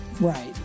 right